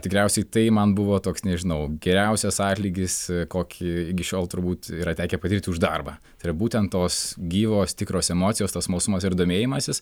tikriausiai tai man buvo toks nežinau geriausias atlygis kokį iki šiol turbūt yra tekę patirti už darbą tai yra būtent tos gyvos tikros emocijos tas smalsumas ir domėjimasis